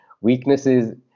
weaknesses